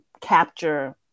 capture